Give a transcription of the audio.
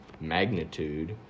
magnitude